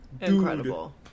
incredible